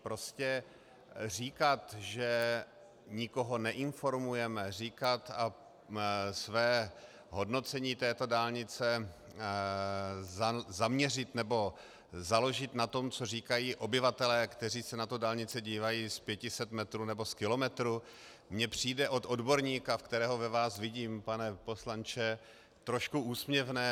Prostě říkat, že nikoho neinformujeme, říkat, své hodnocení této dálnice zaměřit nebo založit na tom, co říkají obyvatelé, kteří se na tu dálnici dívají z 500 metrů nebo z kilometru, mně přijde od odborníka, kterého ve vás vidím, pane poslanče, trošku úsměvné.